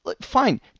Fine